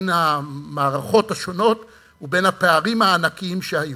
המערכות השונות ובין הפערים הענקיים שהיו.